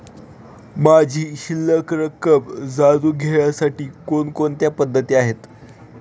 माझी शिल्लक रक्कम जाणून घेण्यासाठी कोणकोणत्या पद्धती आहेत?